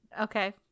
Okay